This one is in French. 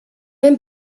même